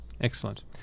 Excellent